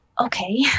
Okay